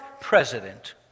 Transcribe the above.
president